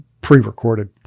pre-recorded